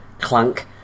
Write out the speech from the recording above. clunk